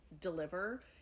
deliver